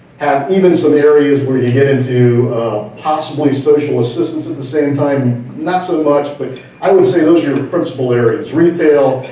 have even some areas where you hit into possibly social assistance at the same time, not so much, but i would say those are your principle areas. retail,